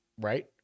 right